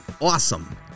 awesome